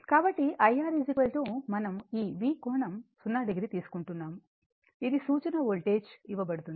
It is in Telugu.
కాబట్టి IR మనం ఈ V కోణం 0 o తీసుకుంటున్నాము ఇది సూచన వోల్టేజ్ ఇవ్వబడుతుంది